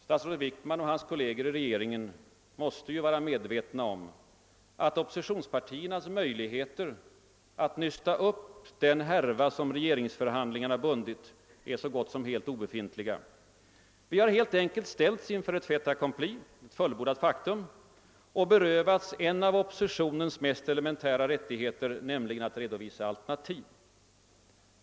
Statsrådet Wickman och hans kolleger i regeringen måste vara medvetna om att oppositionspartiernas möjligheter att nysta upp den härva som regeringsförhandlarna har bundit är så gott som helt obefintliga. Vi har helt enkelt ställts inför fait accompli — ett fullbordat faktum — och berövats en av oppositionens mest elementära rättigheter, nämligen att kunna redovisa alternativ.